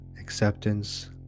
acceptance